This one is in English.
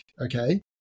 okay